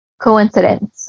coincidence